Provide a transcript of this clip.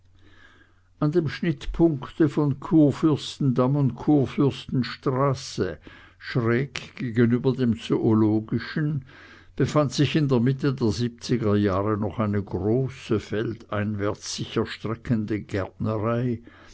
an dem schnittpunkte von kurfürstendamm und kurfürstenstraße schräg gegenüber dem zoologischen befand sich in der mitte der siebziger jahre noch eine große feldeinwärts sich erstreckende gärtnerei